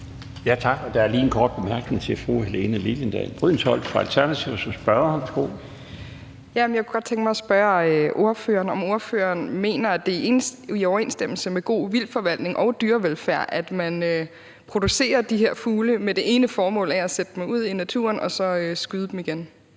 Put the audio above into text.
Tak. Der er lige en kort bemærkning til fru Helene Liliendahl Brydensholt fra Alternativet. Værsgo. Kl. 15:29 Helene Liliendahl Brydensholt (ALT): Jeg kunne godt tænke mig at spørge ordføreren, om ordføreren mener, at det er i overensstemmelse med god vildtforvaltning og dyrevelfærd, at man producerer de her fugle med det ene formål at sætte dem ud i naturen og så skyde dem igen.